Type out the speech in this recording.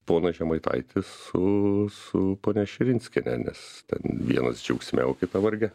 ponas žemaitaitis su su ponia širinskiene nes vienas džiaugsme o kita varge